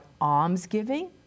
almsgiving